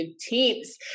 teams